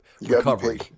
recovery